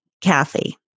Kathy